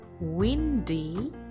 Windy